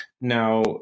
Now